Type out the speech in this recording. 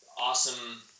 awesome